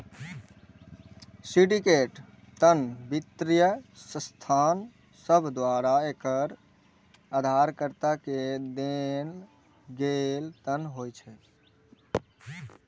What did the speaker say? syndicate ऋण वित्तीय संस्थान सभ द्वारा एकल उधारकर्ता के देल गेल ऋण होइ छै